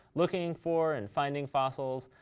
looking for, and finding fossils,